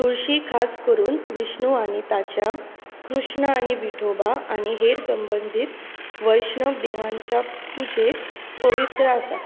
तुळशी खास करून विष्णू आनी ताच्या कृष्ण आनी विठोबा आनी हेर संबंदीत वैष्णव देवांच्या पुजेंत पवित्र आसा